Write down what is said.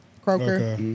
Croaker